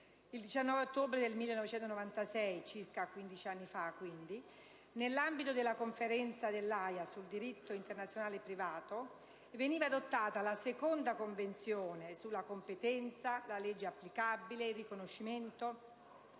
Il 19 ottobre 1996, circa 15 anni fa, nell'ambito della Conferenza dell'Aja sul diritto internazionale privato, veniva adottata la seconda Convenzione sulla «competenza, la legge applicabile, il riconoscimento,